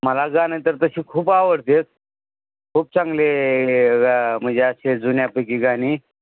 मला गाणं तर तशी खूप आवडते खूप चांगले म्हणजे अशी जुन्यापैकी गाणीपण